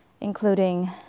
including